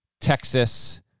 Texas